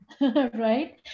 right